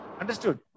Understood